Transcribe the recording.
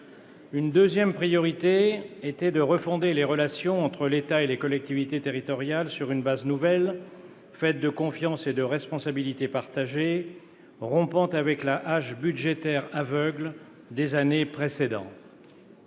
Une deuxième priorité était de refonder les relations entre l'État et les collectivités territoriales sur une base nouvelle, faite de confiance et de responsabilités partagées, rompant avec la hache budgétaire aveugle des années précédentes.